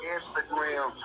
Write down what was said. Instagram